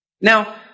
Now